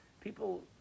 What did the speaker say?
People